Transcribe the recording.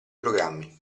programmi